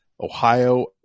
Ohio